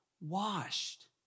washed